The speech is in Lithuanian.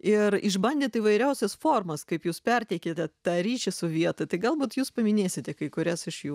ir išbandėt įvairiausias formas kaip jūs perteikėte tą ryšį su vieta tai galbūt jūs paminėsite kai kurias iš jų